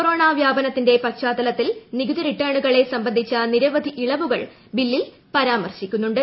corona വ്യാപനത്തിന്റെ പശ്ചാത്തലത്തിൽ നികുതി റിട്ടേണുകളെ സംബന്ധിച്ച നിരവധി ഇളവുകൾ ബില്ലിൽ പരാമർശിക്കുന്നുണ്ട്